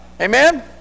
Amen